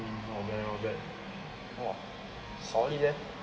mm not bad not bad !wah! solid leh